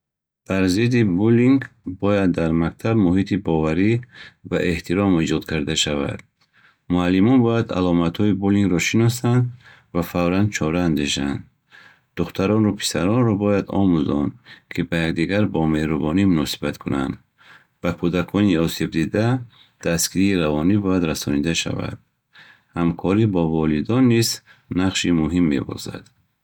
Бар зидди буллинг бояд дар мактаб муҳити боварӣ ва эҳтиром эҷод карда шавад. Муаллимон бояд аломатҳои буллингро шиносанд ва фавран чора андешанд. Духтарону писаронро бояд омӯзонд, ки ба якдигар бо меҳрубонӣ муносибат кунанд. Ба кӯдакони осебдида дастгирии равонӣ бояд расонида шавад. Ҳамкорӣ бо волидон низ нақши муҳим мебозад.